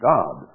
God